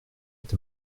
est